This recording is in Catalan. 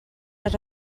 les